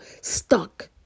stuck